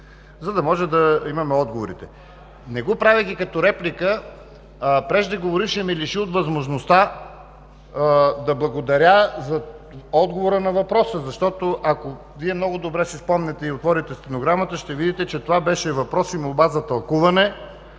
за да може да имаме отговорите. Не го правейки като реплика, преждеговорившият ме лиши от възможността да благодаря за отговора на въпроса, защото, ако си спомните и отворите стенограмата, ще видите, че това беше въпрос и молба за тълкуване.